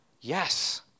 Yes